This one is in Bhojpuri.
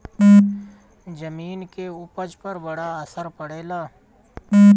जमीन के उपज पर बड़ा असर पड़ेला